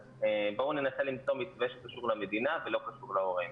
אז בואו ננסה למצוא מתווה שקשור למדינה ולא קשור להורים.